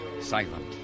silent